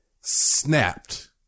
snapped